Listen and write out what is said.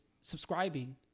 subscribing